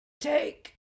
Take